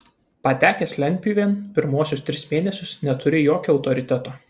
patekęs lentpjūvėn pirmuosius tris mėnesius neturi jokio autoriteto